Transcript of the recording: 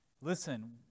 Listen